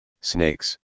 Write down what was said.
snakes